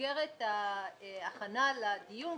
במסגרת ההכנה לדיון,